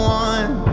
one